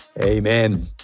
amen